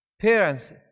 Parents